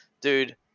dude